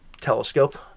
telescope